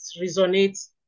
resonates